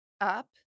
up